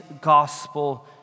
gospel